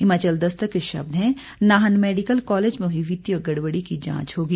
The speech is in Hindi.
हिमाचल दस्तक के शब्द हैं नाहन मेडिकल कॉलेज में हुई वित्तीय गड़बड़ी की जांच होगी